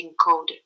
encoded